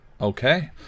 Okay